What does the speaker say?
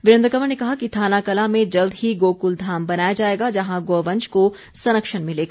वीरेन्द्र कंवर ने कहा कि थाना कलां में जल्द ही गोक्ल धाम बनाया जाएगा जहां गौवंश को संरक्षण मिलेगा